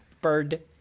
Bird